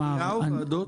מליאה או ועדות?